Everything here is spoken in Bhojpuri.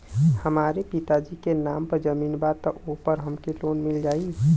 हमरे पिता जी के नाम पर जमीन बा त ओपर हमके लोन मिल जाई?